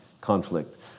conflict